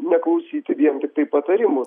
neklausyti vien tiktai patarimų